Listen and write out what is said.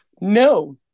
No